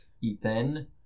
ethan